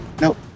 Nope